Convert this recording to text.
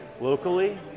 Locally